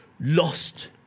lost